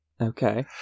Okay